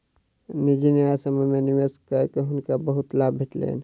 निजी न्यायसम्य में निवेश कअ के हुनका बहुत लाभ भेटलैन